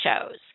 shows